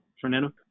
Fernando